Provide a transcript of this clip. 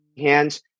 hands